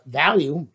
value